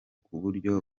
kuburyo